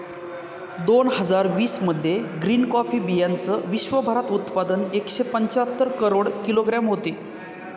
दोन हजार वीस मध्ये ग्रीन कॉफी बीयांचं विश्वभरात उत्पादन एकशे पंच्याहत्तर करोड किलोग्रॅम होतं